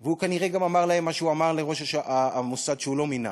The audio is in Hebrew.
הוא כנראה גם אמר להם מה שהוא אמר לראש המוסד שהוא לא מינה,